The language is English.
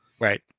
Right